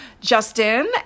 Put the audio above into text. Justin